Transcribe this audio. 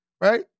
right